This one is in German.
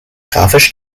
grafisch